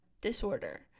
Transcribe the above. disorder